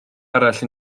arall